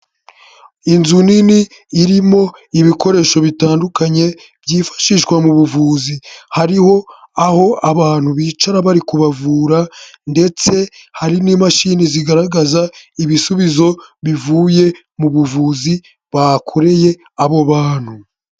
Inzu nini irimo ibikoresho bitandukanye byifashishwa mu buvuzi, hariho aho abantu bicara bari kubavura, ndetse hari n'imashini zigaragaza ibisubizo bivuye mu buvuzi bakoreye abo bantu.